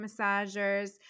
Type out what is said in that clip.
massagers